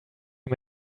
you